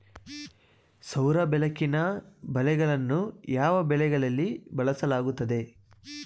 ಸೌರ ಬೆಳಕಿನ ಬಲೆಗಳನ್ನು ಯಾವ ಬೆಳೆಗಳಲ್ಲಿ ಬಳಸಲಾಗುತ್ತದೆ?